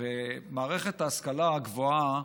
הרי מערכת ההשכלה הגבוהה